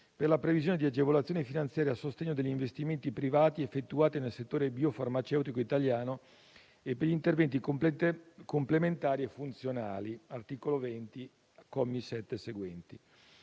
per la previsione di agevolazioni finanziarie a sostegno degli investimenti privati effettuati nel settore biofarmaceutico italiano e per gli interventi complementari e funzionali (articolo 20, commi 7 e seguenti).